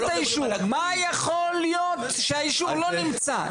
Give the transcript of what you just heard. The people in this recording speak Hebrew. מה יכול להיות שהאישור לא נמצא?